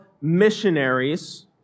missionaries